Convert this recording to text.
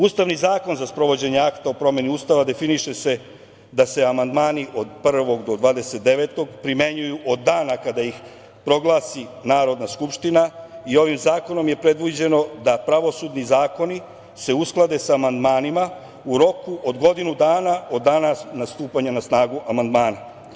Ustavni zakon za sprovođenje akta o promeni Ustava definiše se da se amandmani od 1. do 29. primenjuju od dana kada ih proglasi Narodna skupština i ovim zakonom je predviđeno da pravosudni zakoni se usklade sa amandmanima u roku od godinu dana od dana stupanja na snagu amandmana.